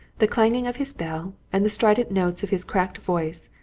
the clanging of his bell, and the strident notes of his cracked voice,